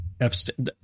Epstein